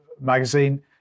magazine